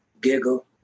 giggle